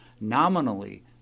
nominally